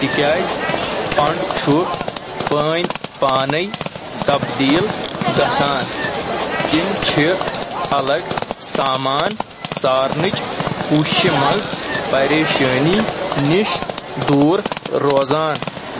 تِکیٛازِ فنٛڈ چھُ پٲنۍ پانے تبدیٖل گژھان تِم چھِ الگ سامان ژارنٕچ کوٗششہِ منٛز پریشٲنی نِش دور روزان